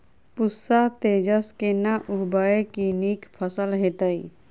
पूसा तेजस केना उगैबे की नीक फसल हेतइ?